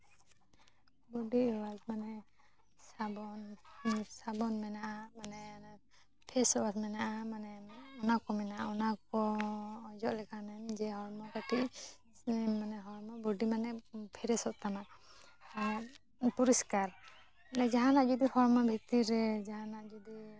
ᱵᱚᱰᱤ wash ᱢᱟᱱᱮ ᱥᱟᱵᱚᱱ ᱢᱮᱱᱟᱜᱼᱟ ᱢᱟᱱᱮ ᱚᱱᱮ ᱯᱷᱮᱥ ᱳᱣᱟᱥ ᱢᱮᱱᱟᱜᱼᱟ ᱢᱟᱱᱮ ᱚᱱᱟ ᱠᱚ ᱢᱮᱱᱟᱜᱼᱟ ᱚᱱᱟ ᱠᱚ ᱚᱡᱚᱜ ᱞᱮᱠᱷᱟᱱ ᱮᱢ ᱡᱮ ᱦᱚᱲᱢᱚ ᱠᱟᱹᱴᱤᱪ ᱦᱚᱲᱢᱚ ᱵᱩᱰᱤ ᱢᱟᱱᱮ ᱯᱷᱨᱮᱥ ᱚᱜ ᱛᱟᱢᱟ ᱟᱨ ᱯᱚᱨᱤᱥᱠᱟᱨ ᱚᱱᱮ ᱡᱟᱦᱟᱸᱱᱟᱜ ᱡᱩᱫᱤ ᱦᱚᱲᱢᱚ ᱵᱷᱤᱛᱤᱨ ᱨᱮ ᱡᱟᱦᱟᱸᱱᱟᱜ ᱡᱩᱫᱤ